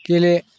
गेले